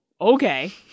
Okay